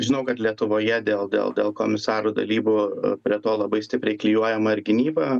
žinau kad lietuvoje dėl dėl dėl komisarų dalybų prie to labai stipriai klijuojama ir gynyba